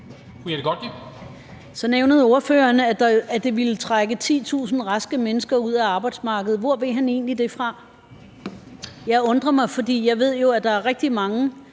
Så nævnte ordføreren, at det ville trække 10.000 raske mennesker ud af arbejdsmarkedet. Hvor ved han egentlig det fra? Jeg undrer mig, for jeg ved jo, at der er rigtig mange